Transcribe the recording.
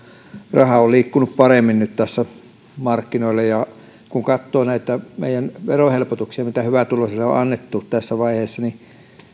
raha on liikkunut paremmin nyt markkinoilla kun katsoo näitä verohelpotuksia mitä hyvätuloisille on on annettu tässä vaiheessa niin